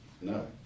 no